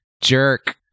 jerk